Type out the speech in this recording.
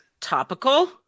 Topical